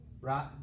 right